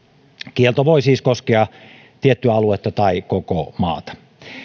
kielto voi siis koskea tiettyä aluetta tai koko maata